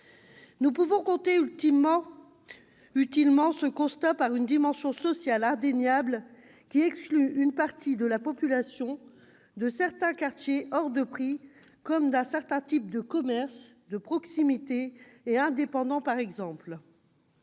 Nous pouvons compléter utilement ce constat, en mettant en avant une dimension sociale indéniable, qui exclut une partie de la population de certains quartiers hors de prix, comme d'un certain type de commerces, par exemple de proximité et indépendants. Le